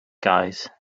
guys